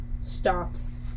stops